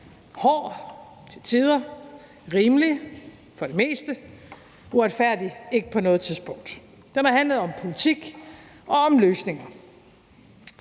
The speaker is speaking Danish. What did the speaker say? hård til tider, rimelig – for det meste – men uretfærdig har den ikke været på noget tidspunkt. Den har handlet om politik og om løsninger.